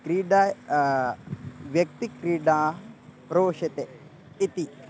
क्रीडा व्यक्तिक्रीडा रोचते इति